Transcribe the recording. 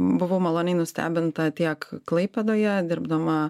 buvau maloniai nustebinta tiek klaipėdoje dirbdama